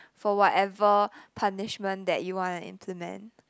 for whatever punishment that you wanna implement